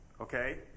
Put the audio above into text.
Okay